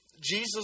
Jesus